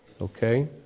Okay